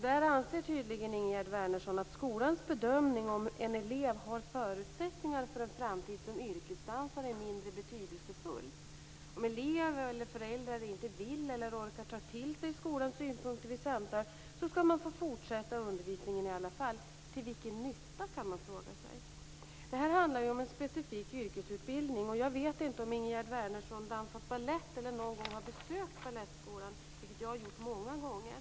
Där anser tydligen Ingegerd Wärnersson att skolans bedömning om en elev har förutsättningar för en framtid som yrkesdansare är mindre betydelsefull. Om en elev eller föräldrar inte vill eller orkar ta till sig skolans synpunkter vid samtal skall eleven få fortsätta undervisningen i alla fall. Till vilken nytta, kan man fråga sig? Det här handlar om en specifik yrkesutbildning. Jag vet inte om Ingegerd Wärnersson dansat balett eller någon gång har besökt Balettskolan, vilket jag har gjort många gånger.